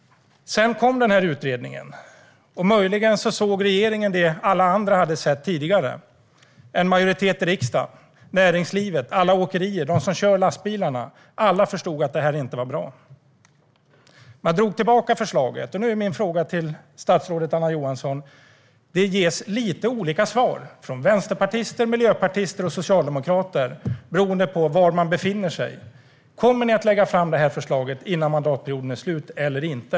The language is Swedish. Utredningen lades sedan fram. Möjligen såg regeringen det som alla andra hade sett tidigare. En majoritet i riksdagen, näringslivet, alla åkerier och de som kör lastbilarna förstod att detta inte var bra. Förslaget drogs tillbaka. Det ges lite olika svar från vänsterpartister, miljöpartister och socialdemokrater beroende på var man befinner sig. Min fråga till statsrådet Anna Johansson är: Kommer ni att lägga fram det här förslaget innan mandatperioden är slut eller inte?